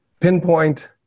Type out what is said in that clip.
pinpoint